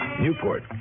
Newport